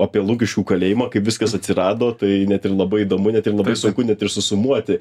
apie lukiškių kalėjimą kaip viskas atsirado tai net ir labai įdomu net ir labai sunku net ir susumuoti